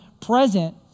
present